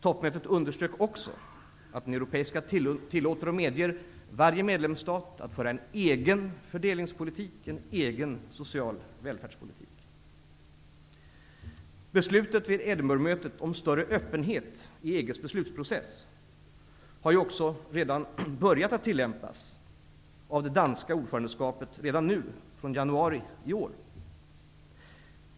Toppmötet underströk också att den europeiska unionen tillåter och medger varje medlemsstat att föra en egen fördelningspolitik och en egen social välfärdspolitik. Beslutet vid Edingburghmötet om större öppenhet i EG:s beslutsprocess har ju börjat att tillämpas av det danska ordförandeskapet redan sedan januari i år.